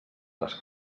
les